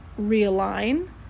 realign